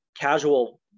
casual